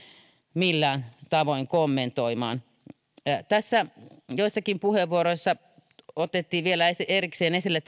millään tavoin kommentoimaan joissakin puheenvuoroissa otettiin vielä erikseen esille